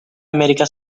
amerika